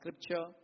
scripture